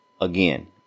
again